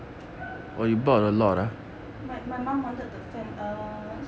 my mum my mum wanted the fan uh